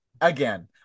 again